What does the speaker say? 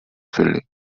filling